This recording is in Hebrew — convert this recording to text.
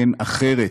כן, אחרת,